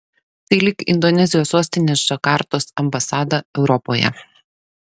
tai lyg indonezijos sostinės džakartos ambasada europoje